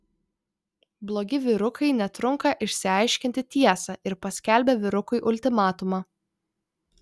blogi vyrukai netrunka išsiaiškinti tiesą ir paskelbia vyrukui ultimatumą